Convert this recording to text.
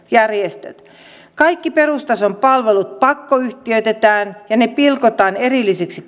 järjestöt kaikki perustason palvelut pakkoyhtiöitetään ja ne pilkotaan erillisiksi